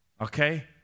okay